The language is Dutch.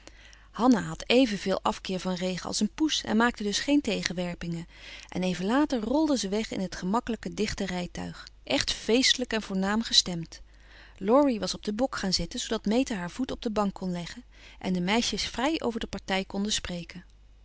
hanna had evenveel afkeer van regen als een poes en maakte dus geen tegenwerpingen en even later rolden ze weg in het gemakkelijke dichte rijtuig echt feestelijk en voornaam gestemd laurie was op den bok gaan zitten zoodat meta haar voet op de bank kon leggen en de meisjes vrij over de partij konden spreken